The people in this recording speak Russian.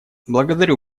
благодарю